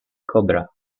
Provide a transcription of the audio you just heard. cobra